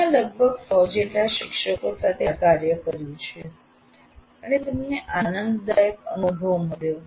અમે આ લગભગ સો જેટલા શિક્ષકો સાથે કર્યું છે અને તેમને આનંદદાયક અનુભવ મળ્યો